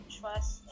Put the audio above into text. trust